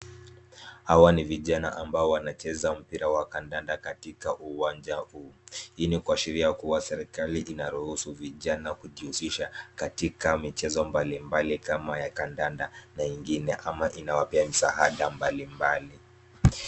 Hawa ni vijana ambao wanacheza mpira wa kandanda katika uwanja huu. Hii ni kuashiria kuwa serikali inaruhusu vijana kujihusisha katika michezo mbalimbali kama ya kandanda na ingine ama inawapea msaada mbalimbali.